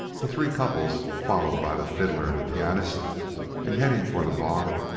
the three couples, followed by the fiddler and the pianist and heading for the bar,